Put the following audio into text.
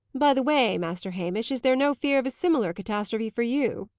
by the way, master hamish, is there no fear of a similar catastrophe for you?